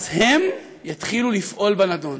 אז הם יתחילו לפעול בנדון.